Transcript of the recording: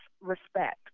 respect